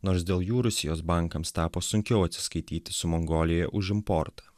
nors dėl jų rusijos bankams tapo sunkiau atsiskaityti su mongolija už importą